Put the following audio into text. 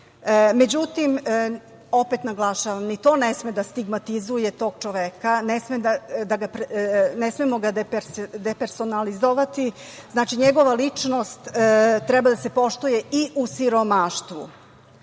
Međutim, opet naglašavam, ni to ne sme da stigmatizuje tog čoveka, ne smemo ga depersonalizovati. Znači, njegova lista treba da se poštuje i u siromaštvu